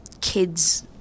kids